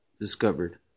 discovered